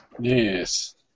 yes